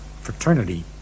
fraternity